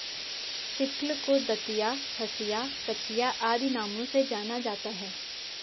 sickle को दँतिया, हँसिया, कचिया आदि नामों से जाना जाता है